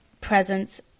presence